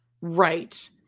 Right